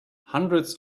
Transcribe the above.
hundreds